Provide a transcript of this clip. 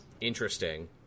Interesting